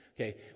Okay